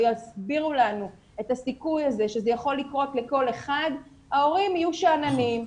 יסבירו לנו את הסיכוי הזה שזה יכול לקרות לכל אחד ההורים יהיו שאננים,